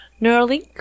neuralink